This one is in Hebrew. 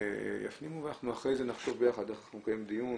הם יפנימו ואחרי זה אנחנו נחשוב ביחד איך נקיים דיון